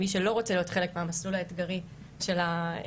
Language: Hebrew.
מי שלא רוצה להיות חלק מהמסלול האתגרי של הוועדה,